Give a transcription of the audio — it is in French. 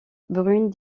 brune